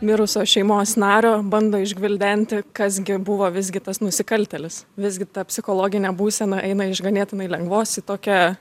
mirusio šeimos nario bando išgvildenti kas gi buvo visgi tas nusikaltėlis visgi ta psichologinė būsena eina iš ganėtinai lengvos tokią